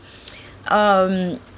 um